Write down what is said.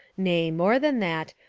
nay, more than that,